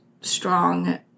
strong